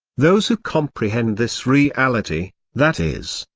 those who comprehend this reality, that is,